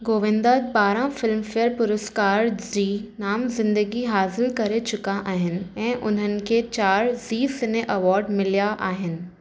गोविंदा ॿारहं फ़िल्मफेयर पुरस्कार जी नामज़िंदगी हासिलु करे चुका आहिनि ऐं उन्हनि खे चार ज़ी सिने अवार्ड मिलिया आहिनि